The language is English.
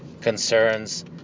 concerns